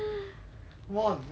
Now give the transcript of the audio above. come on come on come on